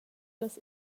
las